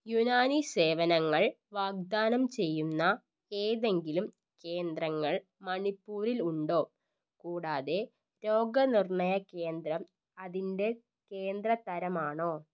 യുനാനി സേവനങ്ങൾ വാഗ്ദാനം ചെയ്യുന്ന ഏതെങ്കിലും കേന്ദ്രങ്ങൾ മണിപ്പൂരിൽ ഉണ്ടോ കൂടാതെ രോഗനിർണയ കേന്ദ്രം അതിൻ്റെ കേന്ദ്രതരം ആണോ